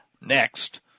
next